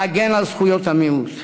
להגן על זכויות המיעוט.